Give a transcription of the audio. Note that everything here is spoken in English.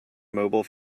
mobile